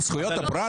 בזכויות הפרט?